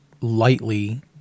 lightly